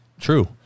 true